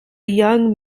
young